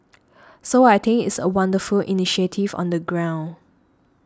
so I think it's a wonderful initiative on the ground